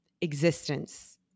existence